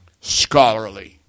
Scholarly